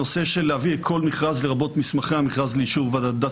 הנושא של להביא כל מכרז לרבות מסמכי לאישור ועדת